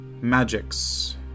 Magics